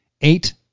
eight